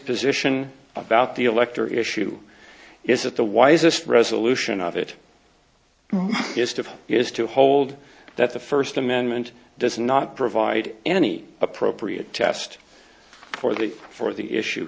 position about the elector issue is that the wisest resolution of it is to is to hold that the first amendment does not provide any appropriate test for the for the issue